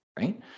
right